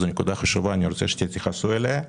זו נקודה חשובה, אני רוצה שתייחסו לנקודה הזאת.